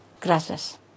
Gracias